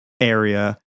area